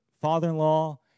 father-in-law